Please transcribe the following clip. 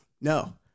No